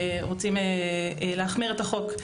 רוצים להחמיר את החוק.